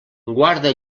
guarda